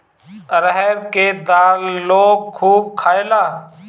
अरहर के दाल लोग खूब खायेला